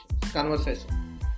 Conversation